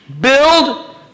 Build